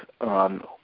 on